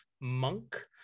monk